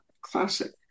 classic